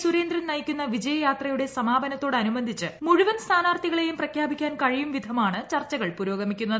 സുരേന്ദ്രൻ നയിക്കുന്ന വിജയ യാത്രയുടെ സമാപനത്തോടനുബന്ധിച്ച് മുഴുവൻ സ്ഥാനാർഥികളേയും പ്രഖ്യാപിക്കാൻ കഴിയും വിധമാണ് ചർച്ചകൾ പുരോഗമിക്കുന്നത്